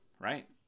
right